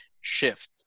shift